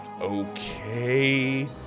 okay